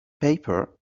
paper